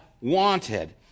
wanted